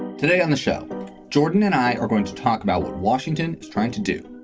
today on the show jordan and i are going to talk about what washington is trying to do,